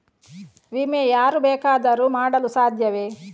ವಿಮೆ ಯಾರು ಬೇಕಾದರೂ ಮಾಡಲು ಸಾಧ್ಯವೇ?